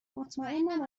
مطمئنم